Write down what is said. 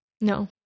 No